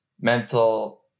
mental